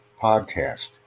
podcast